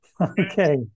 Okay